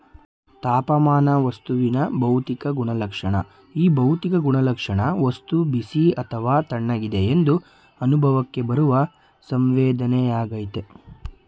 ತಾಪಮಾನ ವಸ್ತುವಿನ ಭೌತಿಕ ಗುಣಲಕ್ಷಣ ಈ ಭೌತಿಕ ಗುಣಲಕ್ಷಣ ವಸ್ತು ಬಿಸಿ ಅಥವಾ ತಣ್ಣಗಿದೆ ಎಂದು ಅನುಭವಕ್ಕೆ ಬರುವ ಸಂವೇದನೆಯಾಗಯ್ತೆ